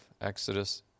Exodus